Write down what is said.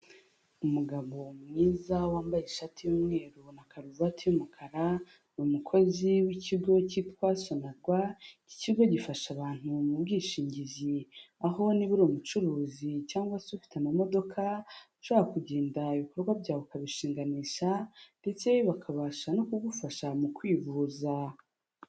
Umugabo mwiza wambaye ishati y'umweru na karuvati y'umukara, ni umukozi w'ikigo kitwa SONARWA,, iki kigo gifasha abantu mu bwishingizi aho niba uri umucuruzi cyangwa se ufite amamodoka ushobora kugenda ibikorwa byawe ukabishinganisha ndetse bakabasha no kugufasha mu kwivuza.